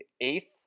eighth